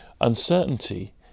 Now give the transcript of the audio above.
uncertainty